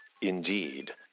Indeed